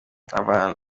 abana